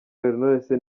nonese